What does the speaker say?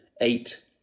eight